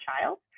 child